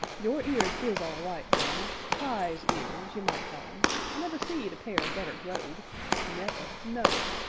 your ears is all right, john prize ears, ye might call em i never seed a pair better grow'd never, no!